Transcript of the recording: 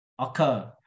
occur